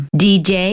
dj